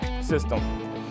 system